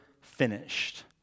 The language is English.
finished